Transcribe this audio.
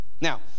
Now